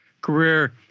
career